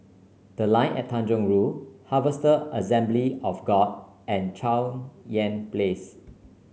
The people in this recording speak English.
The Line at Tanjong Rhu Harvester Assembly of God and Cheng Yan Place